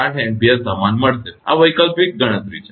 8 ampere સમાન મળશે આ વૈકલ્પિક ગણતરી છે